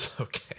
Okay